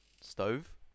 stove